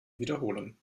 wiederholen